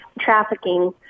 trafficking